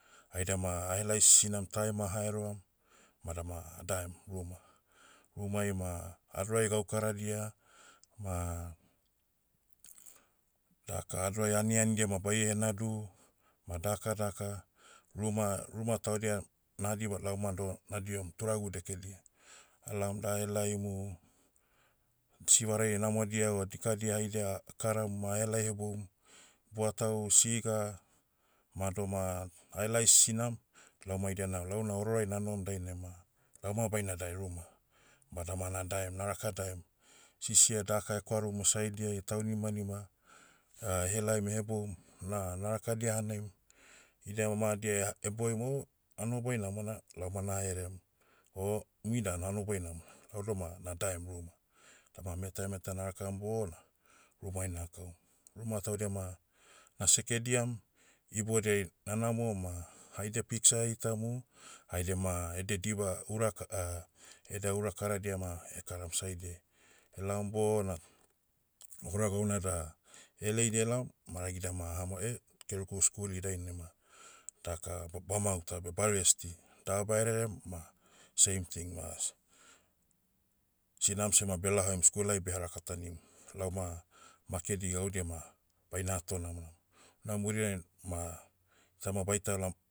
Aidama ahelai sisinam taim ahaeroam, vadama, adaem, ruma. Rumai ma, adorai gaukaradia, ma, daka adorai aniandia ma baie henadu, ma dakadaka. Ruma- ruma taudia, nahadiba lauma doh, nadihom turagu dekedia. Alaom dahelaimu, sivarai namodia o dikadia haidia akaram ma ahelai heboum. Buatau, siga, ma doma, ahelai sinam, lau ma idia nama launa ororoai nanohom dainai ma, lauma baina dae ruma. Bada ma nadaem, na raka daem. Sisia daka ekwarumu saidiai taunimanima, ehelaim eheboum. Na- narakadia hanaim. Idia ma madi ea- eboim o, hanoboi namona. Lauma naherem, o, umui dan hanoboi namona. Lau doma, nadaem ruma. Dama metairametaira narakam bona, rumai naha kaum. Ruma taudia ma, nasekediam, ibodiai, nanamo ma, haidia piksa eitamu, haidia ma, edia diba, ura ka- edia ura karadia ma, ekaram saidiai. Elaom bona, hora gauna da, eleidi elaom, maragidia ma ahamao eh, kerukeru skuli dainai ma, daka ba- bamauta beh baresti. Daba rerem ma, same thing ma, s- sinam sema belaohaim skul ai beha rakatanim. Lauma, makedi gaudia ma, baina hato namonam. Na murinai ma, tama baita laom,